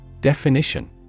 Definition